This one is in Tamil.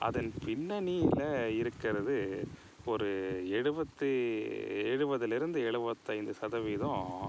அதன் பின்னணியில் இருக்கிறது ஒரு எழுபத்தி எழுபதுலேருந்து எழுபத்தி ஐந்து சதவீதம்